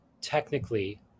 technically